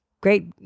Great